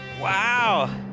Wow